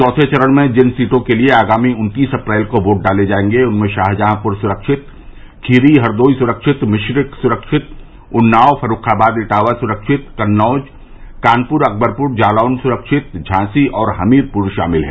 चौथे चरण में जिन सीटों के लिये आगामी उन्तीस अप्रैल को वोट डाले जायेंगे उनमें शाहजहांपुर सुरक्षित खीरी हरदोई सुरक्षित मिश्रिख सुरक्षित उन्नाव फर्रूखाबाद इटावा सुरक्षित कन्नौज कानपुर अकबरपुर जालौन सुरक्षित झांसी और हमीरपुर शामिल है